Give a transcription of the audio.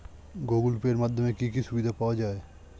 Google Pay এর মাধ্যমে কি কি সুবিধা পাওয়া যায়?